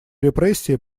репрессии